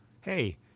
hey